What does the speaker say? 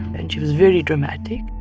and she was very dramatic.